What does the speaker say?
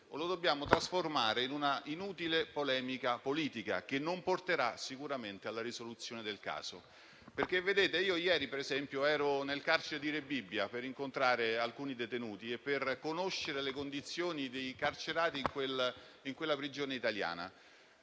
o lo dobbiamo trasformare in una inutile polemica politica, che non porterà sicuramente alla sua risoluzione. Ieri, per esempio, ero nel carcere di Rebibbia per incontrare alcuni detenuti e conoscere le condizioni dei carcerati in quella prigione italiana.